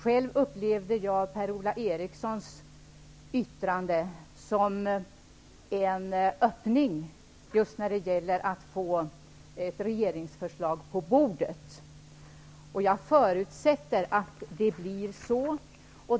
Själv uppfattade jag Per-Ola Erikssons yttrande som en öppning när det gäller att få ett regeringsförslag på riksdagens bord. Jag förutsätter att det blir så.